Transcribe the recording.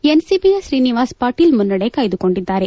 ಎನ್ಸಿಪಿಯ ಶ್ರೀನಿವಾಸ್ ಪಾಟೀಲ್ ಮುನ್ನಡೆ ಕಾಯ್ದುಕೊಂಡಿದ್ದಾರೆ